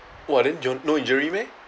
!wah! then you all no injury meh